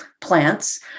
plants